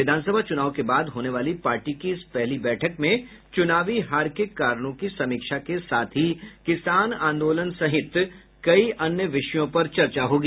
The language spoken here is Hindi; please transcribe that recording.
विधानसभा चुनाव के बाद होने वाली पार्टी की इस पहली बैठक में चुनावी हार के कारणों की समीक्षा के साथ ही किसान आंदोलन सहित कई विषयों पर चर्चा होगी